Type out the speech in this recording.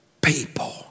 people